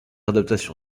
adaptation